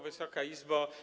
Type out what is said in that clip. Wysoka Izbo!